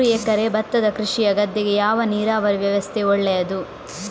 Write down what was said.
ಮೂರು ಎಕರೆ ಭತ್ತದ ಕೃಷಿಯ ಗದ್ದೆಗೆ ಯಾವ ನೀರಾವರಿ ವ್ಯವಸ್ಥೆ ಒಳ್ಳೆಯದು?